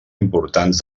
importants